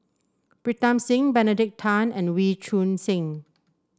Pritam Singh Benedict Tan and Wee Choon Seng